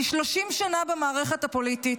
אני 30 שנה במערכת הפוליטית,